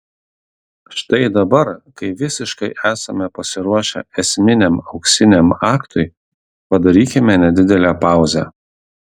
štai dabar kai visiškai esame pasiruošę esminiam auksiniam aktui padarykime nedidelę pauzę